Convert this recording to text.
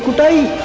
be